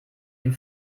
dem